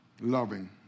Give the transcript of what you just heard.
loving